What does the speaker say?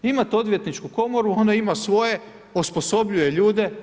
Imate odvjetničku komoru, ona ima svoje, osposobljuje ljude.